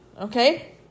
okay